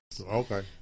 Okay